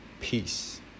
Peace